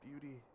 beauty